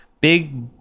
big